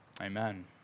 amen